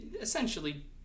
essentially